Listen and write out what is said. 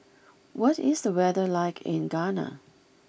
what is the weather like in Ghana